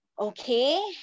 Okay